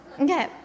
okay